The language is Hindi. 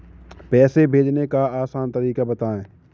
पैसे भेजने का आसान तरीका बताए?